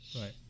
Right